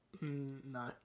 No